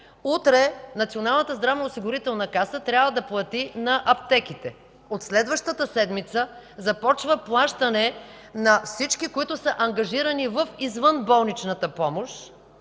утре Националната здравноосигурителна каса трябва да плати на аптеките. От следващата седмица започва плащане на всички, ангажирани в извънболничната помощ.